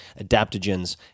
adaptogens